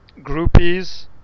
groupies